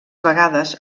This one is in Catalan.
vegades